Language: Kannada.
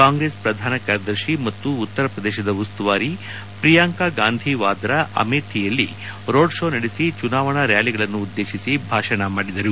ಕಾಂಗ್ರೆಸ್ ಪ್ರಧಾನ ಕಾರ್ಯದರ್ಶಿ ಮತ್ತು ಉತ್ತರ ಪ್ರದೇಶದ ಉಸ್ತುವಾರಿ ಪ್ರಿಯಾಂಕಾ ಗಾಂಧಿ ವಾದ್ರಾ ಅಮೇಠಿಯಲ್ಲಿ ರೋಡ್ ಶೋ ನಡೆಸಿ ಚುನಾವಣಾ ರ್ಚಾಲಿಗಳನ್ನುದ್ದೇಶಿ ಭಾಷಣ ಮಾಡಿದರು